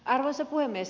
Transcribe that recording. arvoisa puhemies